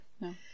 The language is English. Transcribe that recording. No